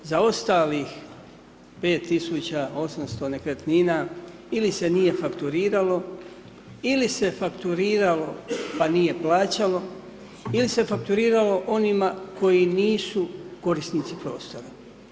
Za ostalih 5800 nekretnina ili se nije fakturiralo, ili se fakturiralo, pa nije plaćalo, ili se fakturiralo onima koji nisu korisnici prostora.